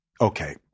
Okay